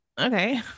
Okay